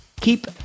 keep